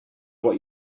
what